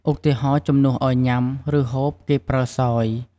ឧទាហរណ៍ ជំនួសឲ្យ ញ៉ាំ ឬ ហូប គេប្រើ សោយ។